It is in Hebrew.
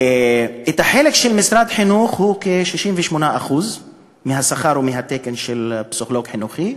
החלק של משרד החינוך הוא כ-68% מהשכר ומהתקן של פסיכולוג חינוכי,